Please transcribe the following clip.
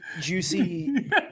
juicy